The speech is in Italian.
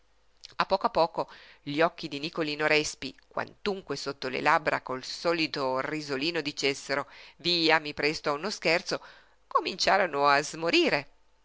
a poco a poco gli occhi di nicolino respi quantunque sotto le labbra col solito risolino dicessero via mi presto a uno scherzo cominciarono a smorire